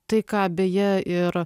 tai ką beje ir